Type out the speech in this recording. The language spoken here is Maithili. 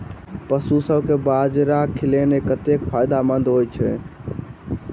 पशुसभ केँ बाजरा खिलानै कतेक फायदेमंद होइ छै?